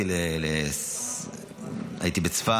הייתי בצפת,